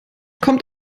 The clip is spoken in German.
kommt